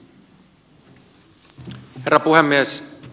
herra puhemies